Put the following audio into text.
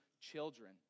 children